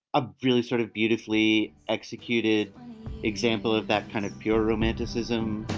a really sort of beautifully executed example of that kind of pure romanticism